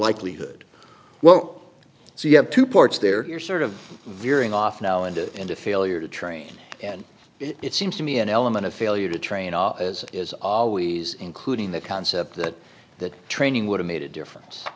likelihood well so you have two parts there you're sort of veering off now into into failure to train and it seems to me an element of failure to train as is always including the concept that that training would have made a difference